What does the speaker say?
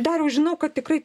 dariau žinau kad tikrai